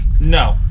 no